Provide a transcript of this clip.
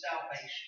salvation